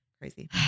Crazy